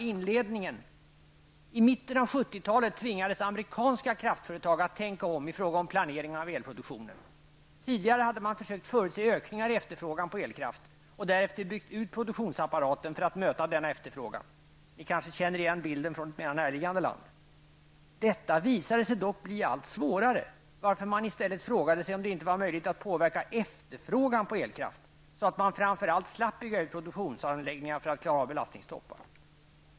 Där står det: I mitten av 70-talet tvingades amerikanska kraftföretag att tänka om i fråga om planering av elproduktionen. Tidigare hade man försökt förutse ökningar i efterfrågan på elkraft och därefter byggt ut produktionsapparaten för att möta denna efterfrågan. Ni kanske känner igen bilden från ett mer näraliggande land. Han fortsätter: Detta visade sig dock bli allt svårare, varför man i stället frågade sig om det inte var möjligt att påverka efterfrågan på elkraft så att man framför allt slapp bygga ut produktionsanläggningarna för att klara av belastningstoppar.